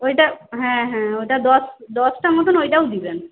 ওইটা হ্যাঁ হ্যাঁ ওইটা দশ দশটা মতন ওইটাও দেবেন